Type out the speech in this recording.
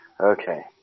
Okay